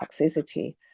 toxicity